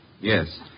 Yes